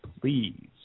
please